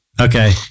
Okay